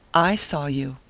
i saw you.